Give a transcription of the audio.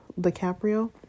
dicaprio